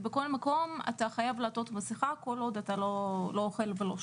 בכל מקום אתה חייב לעטות מסכה כל עוד אתה לא אוכל ולא שותה.